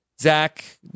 Zach